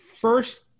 first